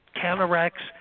counteracts